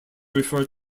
refer